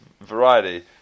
variety